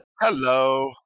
Hello